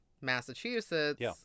Massachusetts